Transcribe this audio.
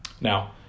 Now